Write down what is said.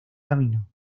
camino